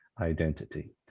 identity